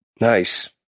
Nice